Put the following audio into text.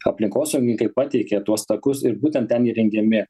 aplinkosaugininkai pateikė tuos takus ir būtent ten įrengiami